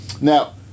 Now